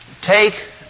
take